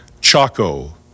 Chaco